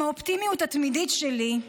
עם האופטימיות התמידית שלי,